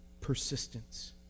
persistence